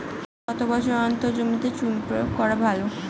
কত বছর অন্তর জমিতে চুন প্রয়োগ করা ভালো?